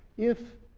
if